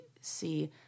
see